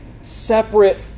separate